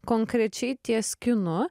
konkrečiai ties kinu